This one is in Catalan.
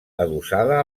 adossada